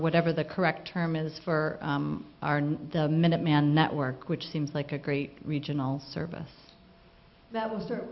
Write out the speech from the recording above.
whatever the correct term is for are not the minuteman network which seems like a great regional service that was